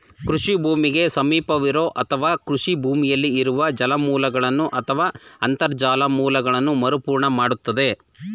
ಕೃಷಿ ಭೂಮಿಗೆ ಸಮೀಪವಿರೋ ಅಥವಾ ಕೃಷಿ ಭೂಮಿಯಲ್ಲಿ ಇರುವ ಜಲಮೂಲಗಳನ್ನು ಅಥವಾ ಅಂತರ್ಜಲ ಮೂಲಗಳನ್ನ ಮರುಪೂರ್ಣ ಮಾಡ್ತದೆ